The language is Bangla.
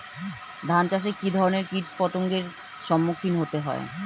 ধান চাষে কী ধরনের কীট পতঙ্গের সম্মুখীন হতে হয়?